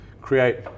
create